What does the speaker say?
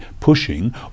pushing